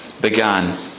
began